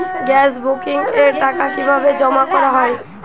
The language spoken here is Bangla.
গ্যাস বুকিংয়ের টাকা কিভাবে জমা করা হয়?